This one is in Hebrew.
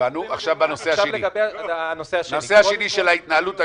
עכשיו בנושא השני של ההתנהלות היום-יומית,